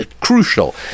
crucial